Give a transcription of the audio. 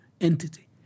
entity